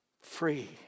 free